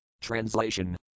Translation